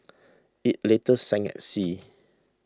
it later sank at sea